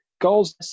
goals